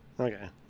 Okay